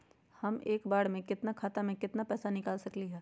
हम एक बार में अपना खाता से केतना पैसा निकाल सकली ह?